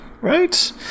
right